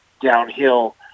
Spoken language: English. downhill